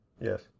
Yes